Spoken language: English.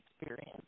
experience